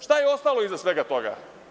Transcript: Šta je ostalo iza svega toga?